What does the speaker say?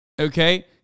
Okay